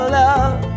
love